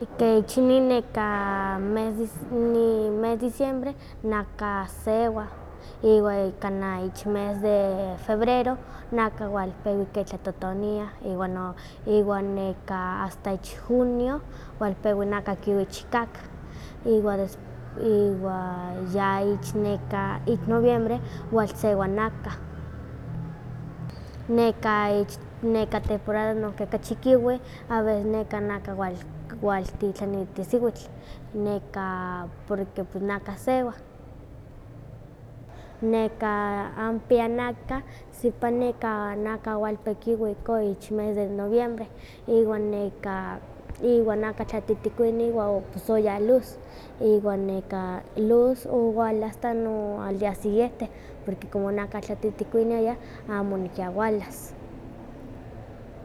Ke ich inin neka mes di mes diciembre naka sewa, iwa kana ich mes de febrero naka wal pewa tlatotonia iwa iwa neka asta ich junio walpewa naka kiuwi chikawak. Iwa desp- iwa ya ich neka ich noviembre, walsewa naka. Neka ich neka temporada ni okachi kiuwi a veces naka wal tialtni tesiwil, neka porque ps naka sewa. Este neka ampia naka sipa neka naka walpekiuwi ikon ich mes de noviembre iwa neka iwa naka tlatitikuini iwa o pos oya luz, iwa neka luz owala asta no aldía siguiente, porque como naka tlatitikuiniaya amo nikia walas.